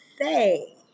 say